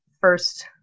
first